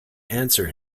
answer